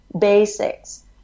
basics